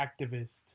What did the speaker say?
activist